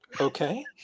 Okay